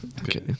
Okay